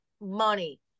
money